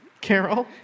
Carol